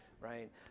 right